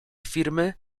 firmy